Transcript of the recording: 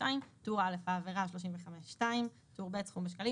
מס"דטור א'טור ב'טור ג' העבירהסכום בשקליםסכום בשקלים